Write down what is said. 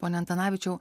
pone antanavičiau